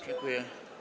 Dziękuję.